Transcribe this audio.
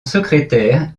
secrétaire